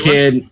Kid